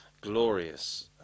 glorious